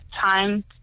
time